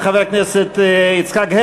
תודה, חברת הכנסת זנדברג.